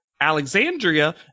alexandria